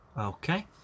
Okay